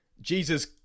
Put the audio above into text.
jesus